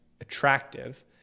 attractive